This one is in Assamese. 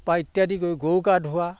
পা ইত্যাদি কৰি গৰু গা ধোৱা